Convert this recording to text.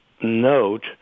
note